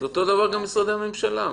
אותו דבר גם במשרדי הממשלה.